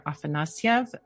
Afanasyev